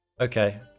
Okay